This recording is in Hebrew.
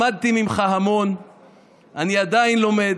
למדתי ממך המון ואני עדיין לומד.